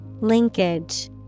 Linkage